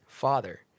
Father